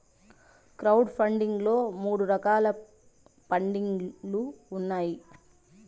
crowd funding లో మూడు రకాల పండింగ్ లు ఉన్నాయి